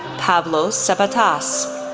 pavlos sepetas,